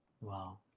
Wow